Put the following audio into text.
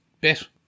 bit